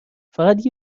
فقط